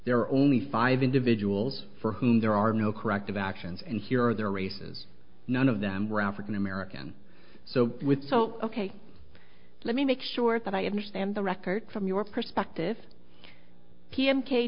there are only five individuals for whom there are no corrective actions and here are their races none of them were african american so with so ok let me make sure that i have missed and the record from your perspective p m k